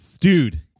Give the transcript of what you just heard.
Dude